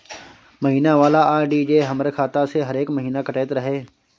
महीना वाला आर.डी जे हमर खाता से हरेक महीना कटैत रहे?